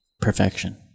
Perfection